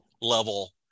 level